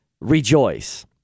Rejoice